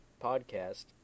podcast